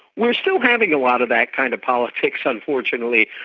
we're still having a lot of that kind of politics unfortunately.